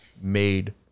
made